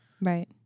Right